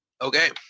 Okay